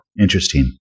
Interesting